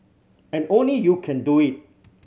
and only you can do it